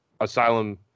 Asylum